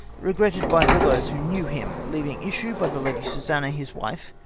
regrated by all those who knew him, leaving issue by the lady susanna his wife,